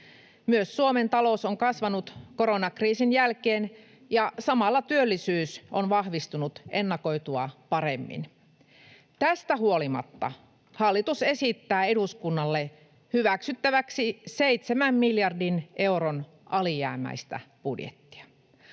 Myös Suomen talous on kasvanut koronakriisin jälkeen, ja samalla työllisyys on vahvistunut ennakoitua paremmin. Tästä huolimatta hallitus esittää eduskunnalle hyväksyttäväksi 7 miljardin euron alijäämäistä budjettia.